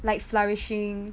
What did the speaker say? like flourishing